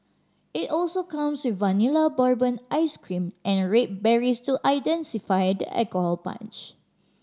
it also comes with Vanilla Bourbon ice cream and red berries to intensify the alcohol punch